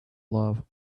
love